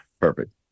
perfect